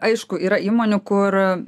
aišku yra įmonių kur